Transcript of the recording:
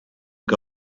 que